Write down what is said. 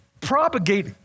propagate